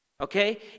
Okay